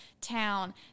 town